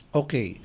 okay